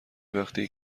وقتی